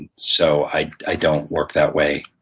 and so i i don't work that way.